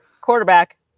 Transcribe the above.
Quarterback